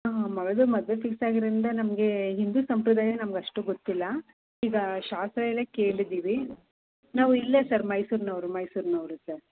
ಹಾಂ ಮಗಳದ್ದು ಮದುವೆ ಫಿಕ್ಸ್ ಆಗಿರೋದ್ರಿಂದ ನಮಗೆ ಹಿಂದು ಸಂಪ್ರದಾಯ ನಮ್ಗೆ ಅಷ್ಟು ಗೊತ್ತಿಲ್ಲ ಈಗ ಶಾಸ್ತ್ರಾ ಎಲ್ಲ ಕೇಳಿದ್ದೀವಿ ನಾವು ಇಲ್ಲೇ ಸರ್ ಮೈಸೂರಿನವ್ರು ಮೈಸೂರಿನವ್ರು ಸರ್